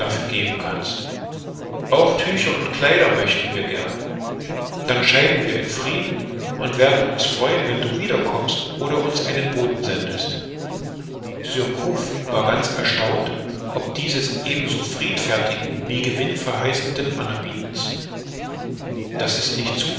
geben kannst auch tücher und kleider möchten wir gern dann scheiden wir in frieden und werden uns freuen wenn du wiederkommst oder uns einen boten sendest surcouf war ganz erstaunt ob dieses ebenso friedfertigen wie gewinn verheißenden anerbietens das ist nicht